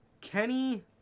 Kenny